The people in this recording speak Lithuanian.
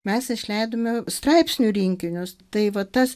mes išleidome straipsnių rinkinius tai va tas